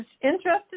interested